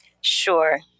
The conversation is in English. Sure